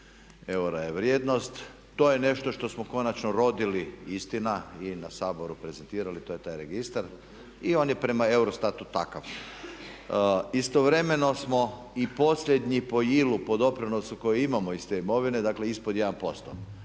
eura je vrijednost. To je nešto što smo konačno rodili, istina i na Saboru prezentirali, to je taj registar i on je prema EUROSTAT-u takav. Istovremeno smo i posljednji po ILU po doprinosu koji imamo iz te imovine dakle ispod 1%